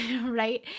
right